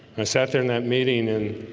i sat there in that meeting and